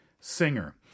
Singer